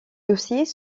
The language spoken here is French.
dossiers